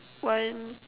one two